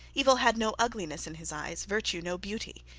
evil had no ugliness in his eyes virtue no beauty.